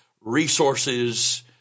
resources